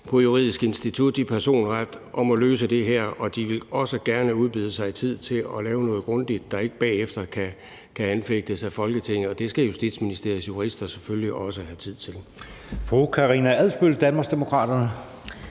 fra Juridisk Institut i personret om at løse det her. Og så vil de også gerne udbede sig tid til at lave noget grundigt, der ikke bagefter kan anfægtes af Folketinget. Og det skal Justitsministeriets jurister selvfølgelig også have tid til.